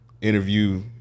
interview